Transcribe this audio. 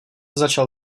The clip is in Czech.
začal